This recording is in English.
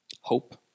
hope